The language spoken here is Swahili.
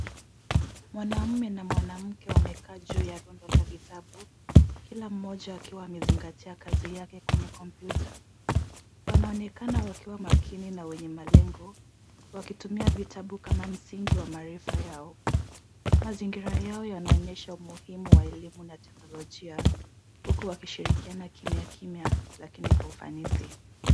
Mwanamume na mwanamke wamekaa juu ya rundo la vitabu, kila mmoja akiwa amezingatia kazi yake kwenye kompyuta. Wanaonekana wakiwa makini na wenye malengo, wakitumia vitabu kama msingi wa maarifa yao. Mazingira yao yanaonyesha umuhimu wa elimu na teknolojia, huku wakishirikiana kimya kimya lakini kwa ufanisi .